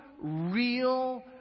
real